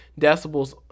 decibels